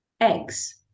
eggs